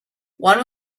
one